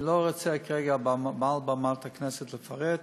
אני לא רוצה כרגע מעל במת הכנסת לפרט.